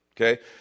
Okay